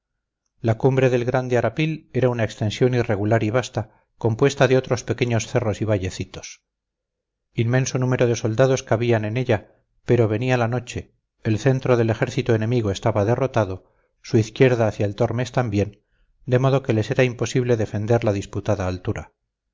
la cumbre del grande arapil era una extensión irregular y vasta compuesta de otros pequeños cerros y vallecitos inmenso número de soldados cabían en ella pero venía la noche el centro del ejército enemigo estaba derrotado su izquierda hacia el tormes también de modo que les era imposible defender la disputada altura